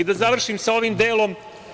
Da završim sa ovim delom.